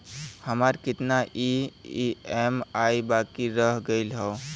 हमार कितना ई ई.एम.आई बाकी रह गइल हौ?